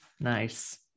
Nice